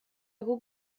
guk